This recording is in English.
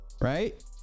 right